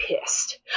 pissed